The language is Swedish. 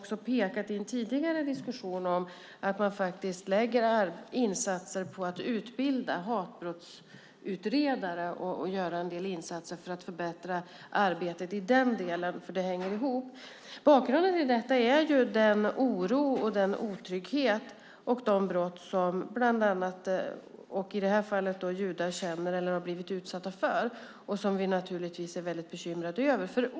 I en tidigare diskussion har jag också pekat på att det satsas på att utbilda hatbrottsutredare och görs insatser för att förbättra arbetet i den delen eftersom det hänger ihop. Bakgrunden till detta är den oro, den otrygghet och de brott som bland annat, såsom i detta fall, judar känner eller har blivit utsatta för, något som vi naturligtvis är mycket bekymrade över.